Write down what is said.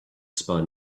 spun